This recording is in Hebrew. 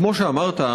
כמו שאמרת,